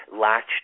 latched